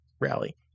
rally